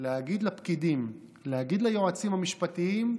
להגיד לפקידים, להגיד ליועצים המשפטיים: